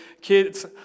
kids